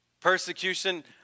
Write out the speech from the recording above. persecution